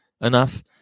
enough